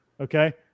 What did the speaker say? okay